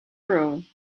room